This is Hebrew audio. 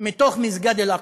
מתוך מסגד אל-אקצא,